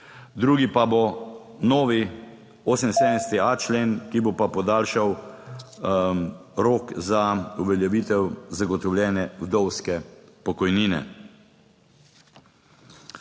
Drugi pa bo novi 78.a člen, ki bo pa podaljšal. Rok za uveljavitev zagotovljene vdovske pokojnine.